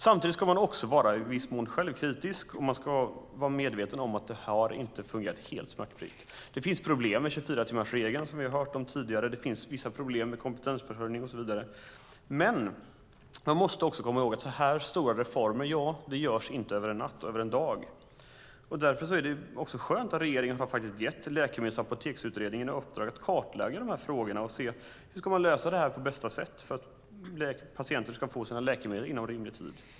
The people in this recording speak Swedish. Samtidigt ska man också vara självkritisk i viss mån, och man ska vara medveten om att detta inte har fungerat helt smärtfritt. Det finns problem med 24-timmarsregeln, som vi har hört tidigare, och det finns vissa problem med kompetensförsörjning och så vidare. Man måste dock komma ihåg att så här stora reformer inte görs över en natt eller en dag. Därför är det också skönt att regeringen har gett Läkemedels och apoteksutredningen i uppdrag att kartlägga dessa frågor och se hur vi ska lösa detta på bästa sätt för att patienter ska få sina läkemedel inom rimlig tid.